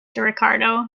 ricardo